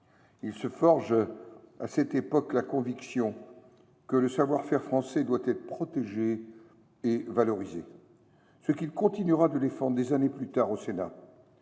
Il se forge à cette époque la conviction que le savoir faire français doit être protégé et valorisé, ce qu’il continuera de défendre des années plus tard, au Sénat.